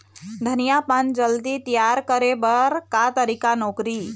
धनिया पान जल्दी तियार करे बर का तरीका नोकरी?